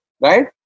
Right